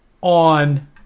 on